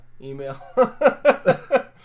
Email